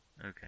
Okay